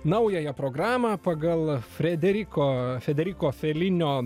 naująją programą pagal frederiko federiko felinio